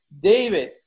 David